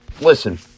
listen